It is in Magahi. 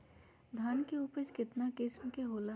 धान के उपज केतना किस्म के होला?